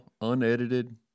unedited